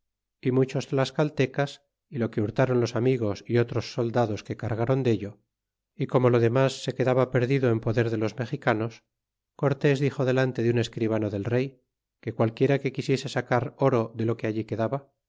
y muchos tlascaltecas y lo que hurtaron los amigos y otros soldados que cargaron dello y como lo demos se quedaba perdido en poder de los mexicanos cortés dixo delante de im escribano del rey que qualquiera que quisiese sacar oro de lo que allí quedaba